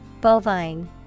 Bovine